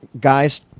guys